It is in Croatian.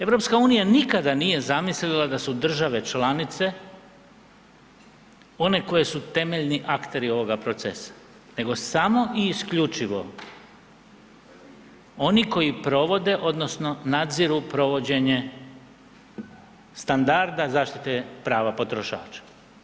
EU nikada nije zamislila da su države članice one koje su temeljni akteri ovoga procesa nego samo i isključivo oni koji provode odnosno nadziru provođenje standarda zaštite prava potrošača.